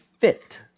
fit